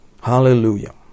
Hallelujah